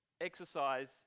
exercise